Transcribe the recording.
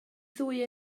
ddwy